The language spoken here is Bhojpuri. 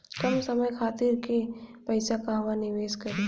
कम समय खातिर के पैसा कहवा निवेश करि?